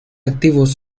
activos